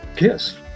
Yes